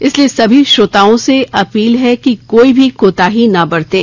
इसलिए सभी श्रोताओं से अपील है कि कोई भी कोताही ना बरतें